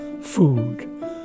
food